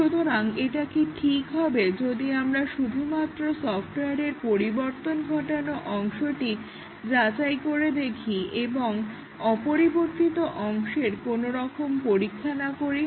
সুতরাং এটা কি ঠিক হবে যদি আমরা শুধুমাত্র সফট্ওয়ারের পরিবর্তন ঘটানো অংশটিকে যাচাই করে দেখি এবং অপরিবর্তিত অংশের কোনরকম পরীক্ষা না করি